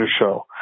show